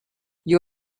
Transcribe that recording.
you